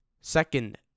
second